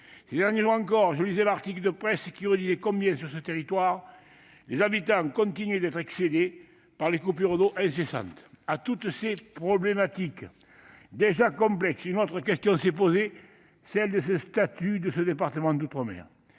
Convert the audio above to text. Ces derniers jours encore, je lisais un article de presse qui redisait combien, sur ce territoire, les habitants sont excédés par les coupures d'eau incessantes. À toutes ces problématiques déjà complexes, une autre question s'est ajoutée, celle du statut de ce département d'outre-mer.